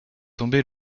tombé